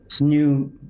new